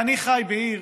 אני חי בעיר